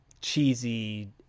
cheesy